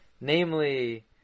Namely